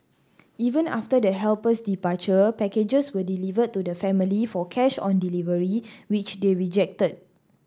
even after the helper's departure packages were delivered to the family for cash on delivery which they rejected